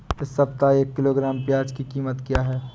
इस सप्ताह एक किलोग्राम प्याज की कीमत क्या है?